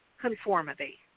conformity